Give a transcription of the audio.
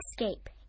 escape